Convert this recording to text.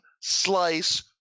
slice